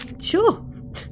Sure